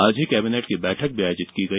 आज ही कैबिनेट की बैठक भी आयोजित की गई